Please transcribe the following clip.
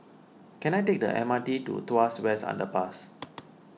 can I take the M R T to Tuas West Underpass